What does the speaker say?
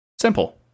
Simple